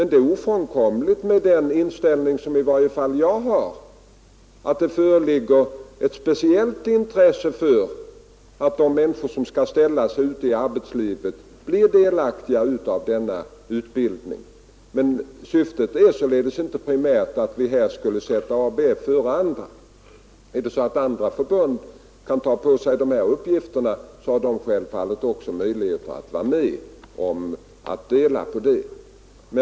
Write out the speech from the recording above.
Det är ofrånkomligt att göra det med den inställning som i varje fall jag har, att det finns ett speciellt intresse av att de människor som skall placeras ut i arbetslivet i första hand blir delaktiga av denna utbildning. Men det primära syftet har inte varit att sätta ABF före andra studieförbund. Om andra förbund kan ta på sig de uppgifter det här gäller, så har de självfallet också möjligheter att vara med och dela på dessa timmar.